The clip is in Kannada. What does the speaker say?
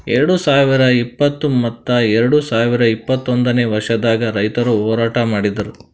ಎರಡು ಸಾವಿರ ಇಪ್ಪತ್ತು ಮತ್ತ ಎರಡು ಸಾವಿರ ಇಪ್ಪತ್ತೊಂದನೇ ವರ್ಷದಾಗ್ ರೈತುರ್ ಹೋರಾಟ ಮಾಡಿದ್ದರು